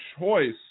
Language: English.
choice